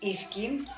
skin